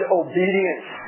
obedience